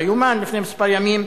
ביומן לפני כמה ימים,